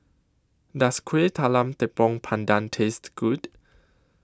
Does Kuih Talam Tepong Pandan Taste Good